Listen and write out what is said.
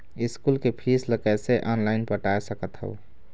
School के fees ला कैसे ऑनलाइन पटाए सकत हव?